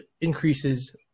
increases